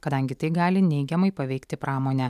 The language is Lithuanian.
kadangi tai gali neigiamai paveikti pramonę